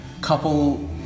couple